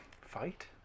Fight